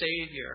Savior